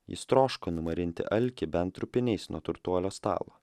jis troško numarinti alkį bent trupiniais nuo turtuolio stalo